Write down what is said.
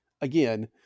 again